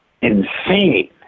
insane